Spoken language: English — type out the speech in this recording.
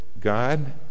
God